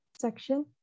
section